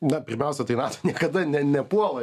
na pirmiausia tai nato niekada ne nepuola